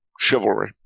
Chivalry